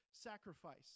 sacrifice